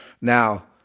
Now